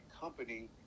company